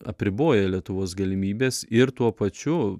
apriboję lietuvos galimybes ir tuo pačiu